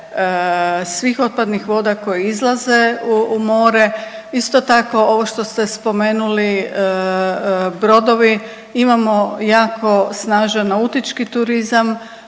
svih otpadnih voda koje izlaze u more. Isto tako ovo što ste spomenuli brodovi, imamo jako snažan nautički turizam,